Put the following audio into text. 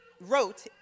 wrote